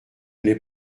l’ai